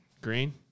Green